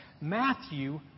Matthew